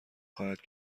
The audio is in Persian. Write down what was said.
خواهد